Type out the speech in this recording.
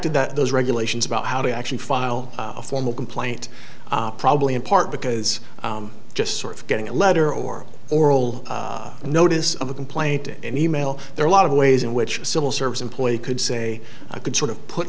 o that those regulations about how to actually file a formal complaint probably in part because just sort of getting a letter or oral notice of a complaint in an email there are a lot of ways in which a civil service employee could say i could sort of put